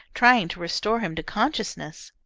trying to restore him to consciousness.